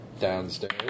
downstairs